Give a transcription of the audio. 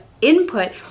input